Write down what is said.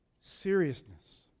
seriousness